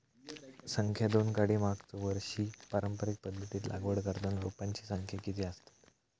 संख्या दोन काडी मागचो वर्षी पारंपरिक पध्दतीत लागवड करताना रोपांची संख्या किती आसतत?